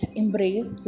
embrace